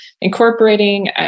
incorporating